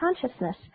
consciousness